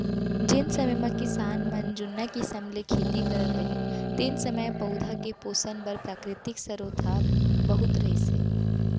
जेन समे म किसान मन जुन्ना किसम ले खेती करत रहिन तेन समय पउधा के पोसन बर प्राकृतिक सरोत ह बहुत रहिस हे